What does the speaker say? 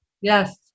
Yes